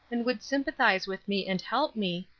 and would sympathize with me and help me,